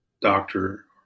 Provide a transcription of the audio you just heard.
doctor